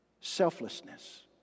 Selflessness